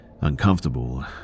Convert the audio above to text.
Uncomfortable